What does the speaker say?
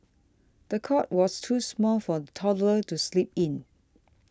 the cot was too small for the toddler to sleep in